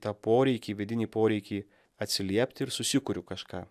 tą poreikį vidinį poreikį atsiliept ir susikuriu kažką